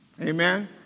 Amen